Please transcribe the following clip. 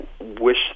wish